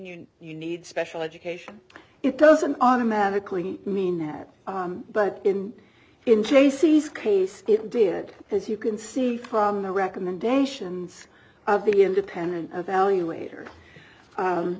you need special education it doesn't automatically mean that but in in jaycee's case it did as you can see from the recommendations of the independent evaluator